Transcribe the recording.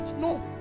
No